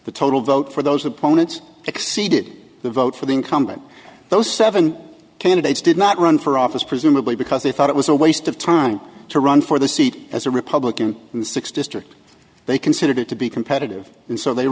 the total vote for those opponents exceeded the vote for the incumbent those seven candidates did not run for office presumably because they thought it was a waste of time to run for the seat as a republican in six district they considered it to be competitive and so they